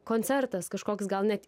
koncertas kažkoks gal net